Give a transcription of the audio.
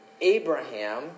Abraham